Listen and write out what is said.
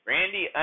Randy